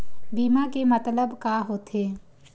बीमा के मतलब का होथे?